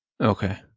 Okay